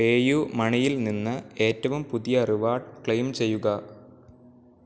PayU മണിയിൽ നിന്ന് ഏറ്റവും പുതിയ റിവാർഡ് ക്ലെയിം ചെയ്യുക